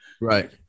Right